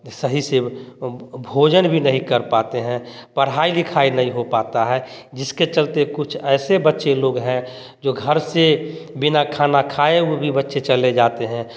सही से भोजन भी नहीं कर पाते हैं पढ़ाई लिखाई नहीं हो पता है जिसके चलते कुछ ऐसे बच्चे लोग हैं जो घर से बिना खाना खाए वो भी बच्चे चले जाते हैं